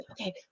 okay